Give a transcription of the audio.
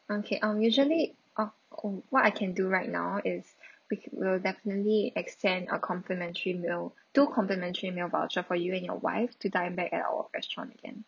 okay um usually uh oh what I can do right now is we we will definitely extend a complimentary meal two complimentary meal voucher for you and your wife to dine back at our restaurant again